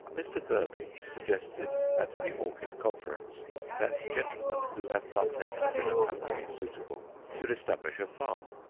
mr. burbidge suggested at the orchid conference that gentlemen who have plantations in a country suitable should establish a farm,